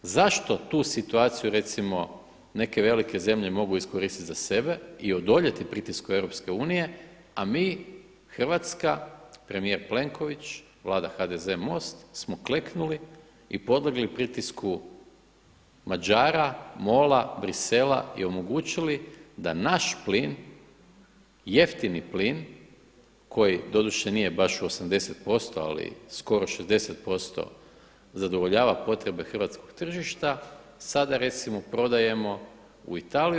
Zašto tu situaciju recimo neke velike zemlje mogu iskoristiti za sebe i odoljeti pritisku EU, a mi Hrvatska, premijer Plenković, Vlada HDZ-MOST smo kleknuli i podlegli pritisku Mađara, MOL-a, Bruxellesa i omogućili da naš plin, jeftini plin koji doduše nije baš u 80% ali skoro 60% zadovoljava potrebe hrvatskog tržišta sada recimo prodajemo u Italiju.